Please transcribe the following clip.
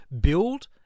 build